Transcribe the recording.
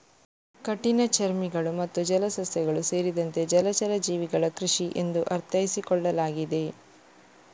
ಕಠಿಣಚರ್ಮಿಗಳು ಮತ್ತು ಜಲಸಸ್ಯಗಳು ಸೇರಿದಂತೆ ಜಲಚರ ಜೀವಿಗಳ ಕೃಷಿ ಎಂದು ಅರ್ಥೈಸಿಕೊಳ್ಳಲಾಗಿದೆ